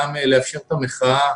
גם לאפשר את המחאה